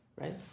right